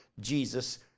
Jesus